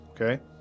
okay